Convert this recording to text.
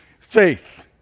faith